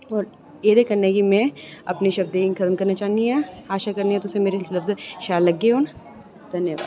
और एह्दे कन्नै गै में अपनी शब्दें गी खत्म करना चाह्न्नी आं आशा करनी हा तुसें गी मेरे शब्द शैल लग्गे होन घन्नवाद